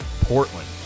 Portland